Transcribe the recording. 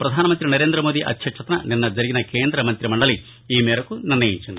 పధానమంతి నరేందమోది అధ్యక్షతన నిన్న జరిగిన కేంద్ర మంతి మండలి ఈ మేరకు నిర్ణయం చేసింది